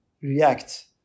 react